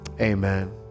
amen